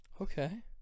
okay